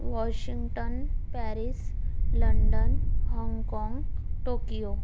Washington Paris London Hong Kong Tokyo